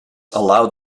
allowed